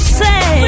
say